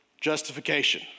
Justification